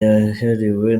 yahiriwe